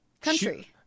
Country